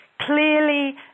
Clearly